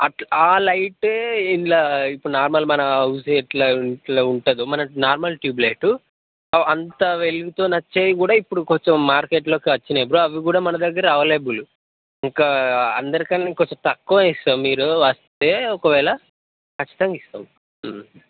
అట్ల ఆ లైటే అందులా ఇప్పుడు నార్మల్ మన హౌస్లో ఎట్లా ఉంటుందో మన నార్మల్ ట్యూబ్ లైటు అంత వెలుగుతోని వచ్చేవి కూడా ఇప్పుడు కొంచెం అంత మార్కెట్లోకి వచ్చినాయి బ్రో అవి కూడా మన దగ్గర అవైలబుల్ ఇంకా అందరికన్నా ఇంకొంచెం తక్కువ ఏస్తాం మీరు వస్తే ఒకవేళ ఖచ్చితంగా ఇస్తాం